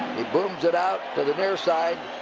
he booms it out to the near side.